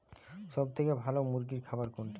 সবথেকে ভালো মুরগির খাবার কোনটি?